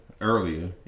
earlier